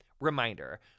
Reminder